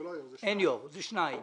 אין יושב-ראש, זה שניים.